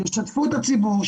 שישתפו את הציבור,